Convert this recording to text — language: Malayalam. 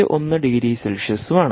1 ഡിഗ്രി സെൽഷ്യസും ആണ്